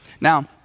Now